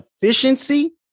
efficiency